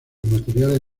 materiales